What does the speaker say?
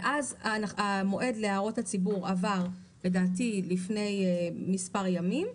המועד להערות הציבור לדעתי עבר לפני מספר ימים.